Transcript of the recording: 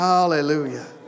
Hallelujah